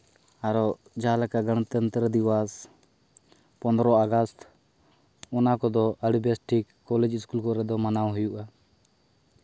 ᱟᱨᱚ ᱡᱟᱦᱟᱸ ᱞᱮᱠᱟᱜᱮ ᱜᱚᱱᱚᱛᱚᱱᱛᱨᱚ ᱫᱤᱵᱚᱥ ᱯᱚᱱᱮᱨᱚ ᱟᱜᱚᱥᱴ ᱚᱱᱟ ᱠᱚᱫᱚ ᱟᱹᱰᱤ ᱵᱮᱥᱴᱷᱤᱠ ᱠᱚᱞᱮᱡᱽ ᱥᱠᱩᱞ ᱠᱚᱨᱮ ᱫᱚ ᱢᱟᱱᱟᱣ ᱦᱩᱭᱩᱜᱼᱟ